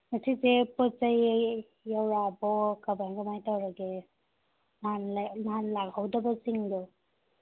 ꯉꯁꯤꯁꯦ ꯄꯣꯠ ꯆꯩ ꯌꯧꯔꯛꯑꯕꯣ ꯀꯃꯥꯏ ꯀꯃꯥꯏ ꯇꯧꯔꯒꯦ ꯅꯍꯥꯟ ꯂꯥꯛꯍꯧꯗꯕꯁꯤꯡꯗꯣ